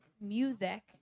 music